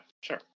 sure